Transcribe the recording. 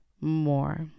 more